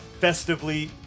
festively